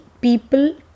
people